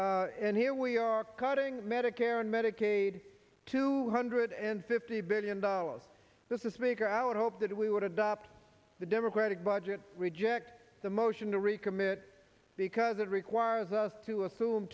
and here we are cutting medicare and medicaid two hundred and fifty billion dollars this is make or our hope that we would adopt the democratic budget reject the motion to recommit because it requires us to assume